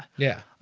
yeah